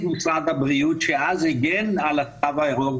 משרד הבריאות שאז הגן על התו הירוק,